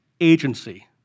agency